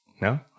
No